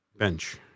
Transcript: Bench